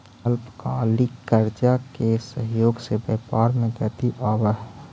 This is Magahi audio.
अल्पकालिक कर्जा के सहयोग से व्यापार में गति आवऽ हई